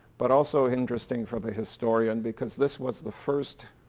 but also interesting for the historian. because this was the first